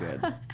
good